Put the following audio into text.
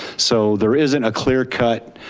so there isn't a clear cut